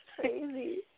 Crazy